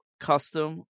custom